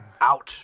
out